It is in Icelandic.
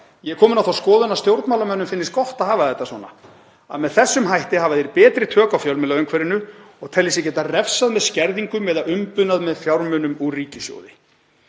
„Ég er kominn á þá skoðun að stjórnmálamönnum finnist gott að hafa þetta svona, að með þessum hætti hafi þeir betri tök á fjölmiðlaumhverfinu og telji sig geta refsað með skerðingum eða umbunað með fjármunum úr ríkissjóði.“